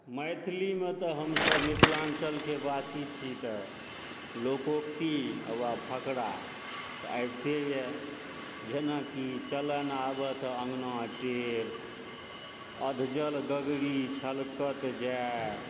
मैथिलीमे तऽ हमसब मिथिलाञ्चलके वासी छी तऽ लोकोक्ति वा फकरा तऽ आबिते यऽ जेना कि चलऽ नहि आबए तऽ अङ्गना टेढ़ अधजल गगरी छलकत जाए